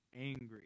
angry